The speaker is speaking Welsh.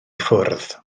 ffwrdd